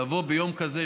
לבוא ביום כזה,